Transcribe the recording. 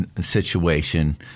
situation